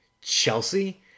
Chelsea